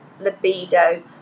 libido